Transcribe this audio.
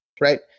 right